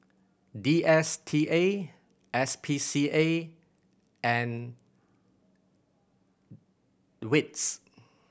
D S T A S P C A and wits